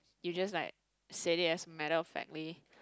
you just like said it as a matter of fact leh